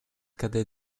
cadet